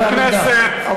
חבר הכנסת יוגב,